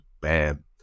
bam